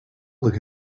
look